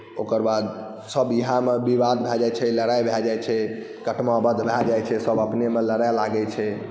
ओकर बाद सभ इएहमे विवाद भए जाइत छै लड़ाइ भए जाइत छै कटमावद्ध भए जाइत छै सभ अपनेमे लड़य लागैत छै